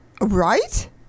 Right